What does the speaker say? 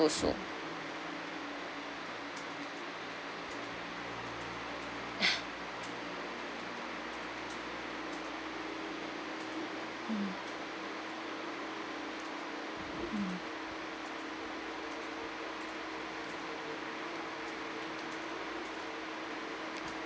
also